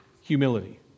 humility